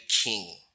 king